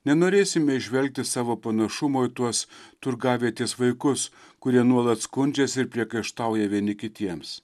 nenorėsime įžvelgti savo panašumo į tuos turgavietės vaikus kurie nuolat skundžiasi ir priekaištauja vieni kitiems